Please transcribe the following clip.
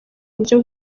buryo